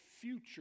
future